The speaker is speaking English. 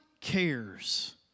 cares